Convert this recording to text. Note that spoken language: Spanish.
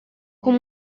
con